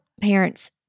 parents